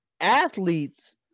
athletes